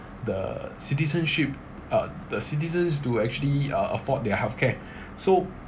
the citizenship uh the citizens to actually uh afford their healthcare so